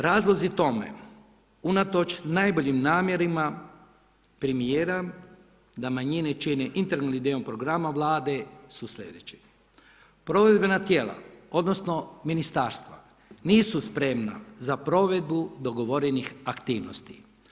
Razlozi tome, unatoč najboljim namjerama premijera da manjine čine integralni dio programa Vlade su sljedeće: provedbena tijela, odnosno ministarstva nisu spremna za provedbu dogovorenih aktivnosti.